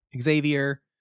xavier